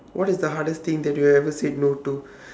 what is the hardest thing that you have ever said no to